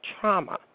trauma